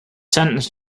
sentence